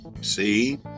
see